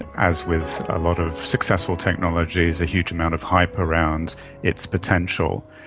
as with a lot of successful technologies, a huge amount of hype around its potential,